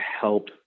help